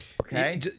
okay